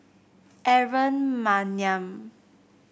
Aaron Maniam